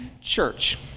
church